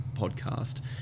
podcast